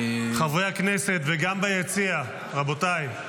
חברי הכנסת וגם ביציע, רבותיי.